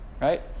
Right